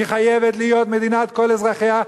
היא חייבת להיות מדינת כל אזרחיה,